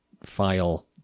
file